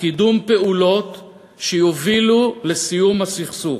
קידום פעולות שיובילו לסיום הסכסוך.